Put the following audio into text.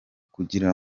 kugira